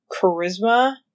charisma